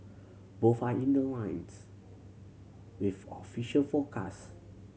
both are in line ones with official forecast